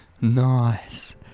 Nice